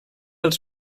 els